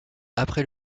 après